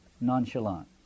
nonchalant